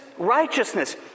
Righteousness